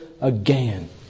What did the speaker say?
again